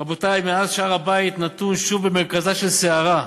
רבותי, מאז נתון הר-הבית שוב במרכזה של סערה,